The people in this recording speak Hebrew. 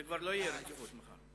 זה כבר לא יהיה רציפות מחר.